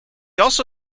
also